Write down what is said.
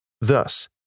Thus